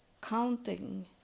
counting